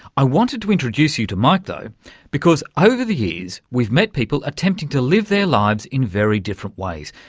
i wanted to introduce you to mike though because over the years we've met people attempting to live their lives in very different ways,